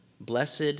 Blessed